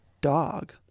dog